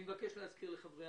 אני מבקש להזכיר לחברי